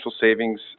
savings